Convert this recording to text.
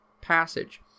passage